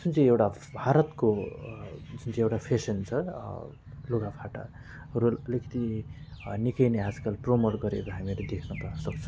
जुन चाहिँ एउटा भारतको जुन चाहिँ एउटा फेसन छ लुगाफाटाहरू अलिकति निकै नै आजकल प्रोमोट गरेको हामीहरू देख्न पाउन सक्छौँ